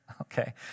okay